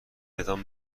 بدان